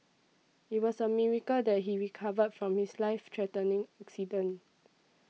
it was a miracle that he recovered from his life threatening accident